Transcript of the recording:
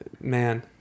man